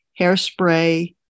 hairspray